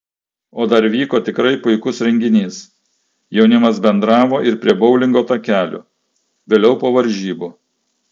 o dar vyko tikrai puikus renginys jaunimas bendravo ir prie boulingo takelių vėliau po varžybų